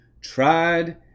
tried